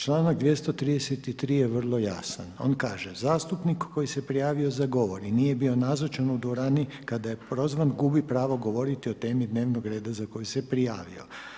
Članak 233. je vrlo jasan, on kaže, zastupnik koji se prijavio za govor i nije bio nazočan u dvorani kada je prozvan gubi pravo govoriti o temi dnevnog reda za koju se prijavio.